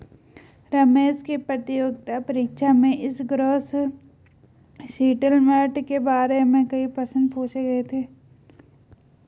रमेश की प्रतियोगिता परीक्षा में इस ग्रॉस सेटलमेंट के बारे में कई प्रश्न पूछे गए थे